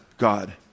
God